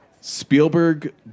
Spielberg